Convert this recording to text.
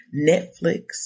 Netflix